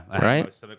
Right